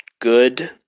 good